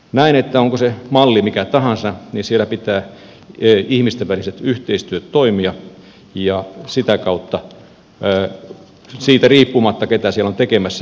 näen että olipa se malli mikä tahansa siellä pitää ihmisten välisen yhteistyön toimia ja sen mallin pitää olla niin selkeä että se toimii siitä riippumatta ketä siellä on tekemässä